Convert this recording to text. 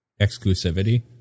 exclusivity